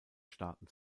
starten